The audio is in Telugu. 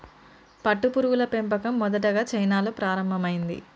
పట్టుపురుగుల పెంపకం మొదటిగా చైనాలో ప్రారంభమైంది